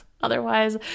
Otherwise